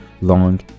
long